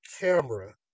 camera